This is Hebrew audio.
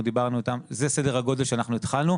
זה סדר הגודל שאנחנו התחלנו,